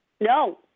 No